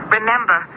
Remember